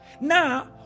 Now